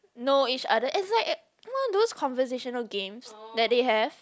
know each other it's like one of those conversational games that they have